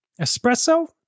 Espresso